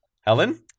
Helen